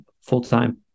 full-time